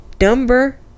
Number